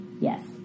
Yes